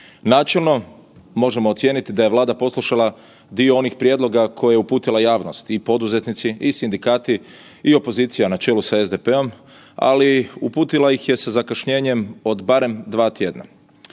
Načelno, možemo ocijeniti da je Vlada poslušala dio onih prijedloga koje je uputila javnost i poduzetnici i sindikati i opozicija na čelu sa SDP-om, ali uputila ih je sa zakašnjenjem od barem 2 tjedna,